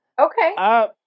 Okay